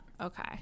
okay